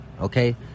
Okay